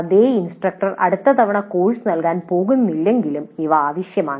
അതേ ഇൻസ്ട്രക്ടർ അടുത്ത തവണ കോഴ്സ് നൽകാൻ പോകുന്നില്ലെങ്കിലും ഇവ ആവശ്യമാണ്